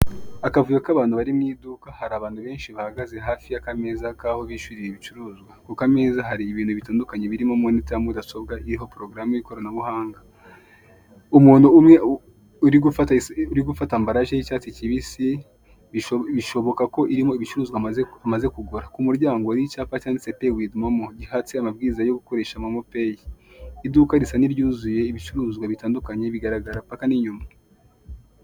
Akavuyo k'abantu bari mu iduka hari abantu benshi bahagaze hafi y'akameza k'aho bishyuriye ibicuruzwa kuko hari ibintu bitandukanye birimo monita ya mudasobwa porogaramu y'ikoranabuhanga umwe uri gufata ambaralage y'icyatsi kibisi bishoboka ko irimo ibicuruzwa amaze kugura ku muryango w'icyapa cyanditseho payi wivi momo gihatse amabwiriza yo gukoresha momo payi iduka risa n'iryuzuye ibicuruzwa bitandukanye bigaragara paka n'inyuma.